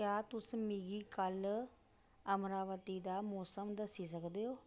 क्या तुस मिगी कल्ल अमरावती दा मौसम दस्सी सकदे ओ